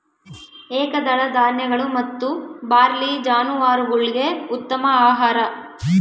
ಏಕದಳ ಧಾನ್ಯಗಳು ಮತ್ತು ಬಾರ್ಲಿ ಜಾನುವಾರುಗುಳ್ಗೆ ಉತ್ತಮ ಆಹಾರ